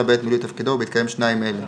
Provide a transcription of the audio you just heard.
אלא בעת מילוי תפקידו ובהתקיים שניים אלה: